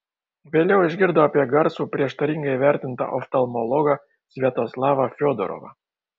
vėliau išgirdo apie garsų prieštaringai vertintą oftalmologą sviatoslavą fiodorovą